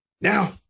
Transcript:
Now